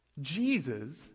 Jesus